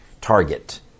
target